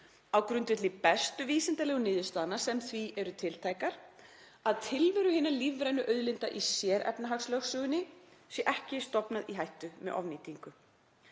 á grundvelli bestu vísindalegu niðurstaðna sem því eru tiltækar, að tilveru hinna lífrænu auðlinda í sérefnahagslögsögunni sé ekki stofnað í hættu með ofnýtingu.